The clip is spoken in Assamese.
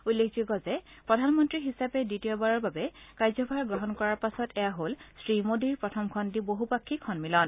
উল্লেখযোগ্য যে প্ৰধানমন্ত্ৰী হিচাপে দ্বিতীয়বাৰৰ বাবে কাৰ্যভাৰ গ্ৰহণ কৰাৰ পাছত এয়া হল শ্ৰীমোদীৰ প্ৰথমখন বহুপাক্ষিক সমিলন